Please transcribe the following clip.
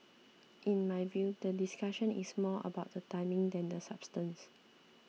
in my view the discussion is more about the timing than the substance